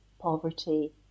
poverty